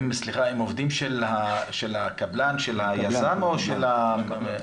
הם עובדים של הקבלן, של היזם או של המינהל?